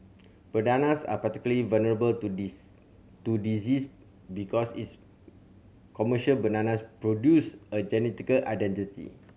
bananas are particularly vulnerable to this to disease because its commercial bananas produced are genetical identical